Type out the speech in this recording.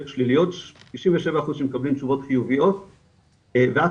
97 אחוז שמקבלים תשובות חיוביות ואת